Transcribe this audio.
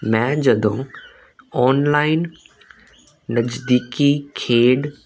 ਮੈਂ ਜਦੋਂ ਓਨਲਾਈਨ ਨਜ਼ਦੀਕੀ ਖੇਡ